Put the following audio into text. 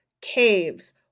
caves